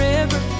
River